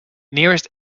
nearest